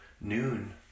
noon